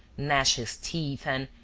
gnash his teeth and,